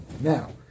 Now